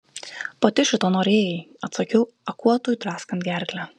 pati šito norėjai atsakiau akuotui draskant gerklę